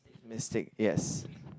mistake yes